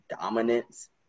dominance